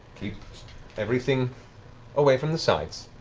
keep everything away from the sides.